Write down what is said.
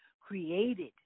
created